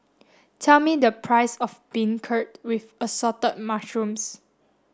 tell me the price of beancurd with assorted mushrooms